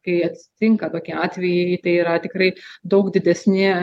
kai atsitinka tokie atvejai tai yra tikrai daug didesni